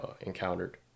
encountered